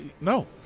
no